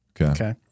Okay